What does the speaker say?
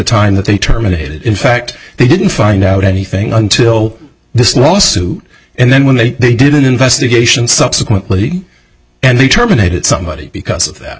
time that they terminated in fact they didn't find out anything until this lawsuit and then when they they did an investigation subsequently and they terminated somebody because of that